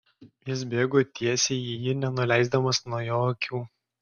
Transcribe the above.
jis bėgo tiesiai į jį nenuleisdamas nuo jo akių